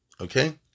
okay